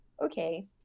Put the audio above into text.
okay